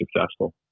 successful